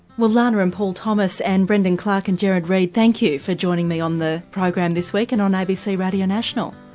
well lana and paul thomas and brendon clarke and gerard reed thank you for joining me on the program this week and on abc radio national.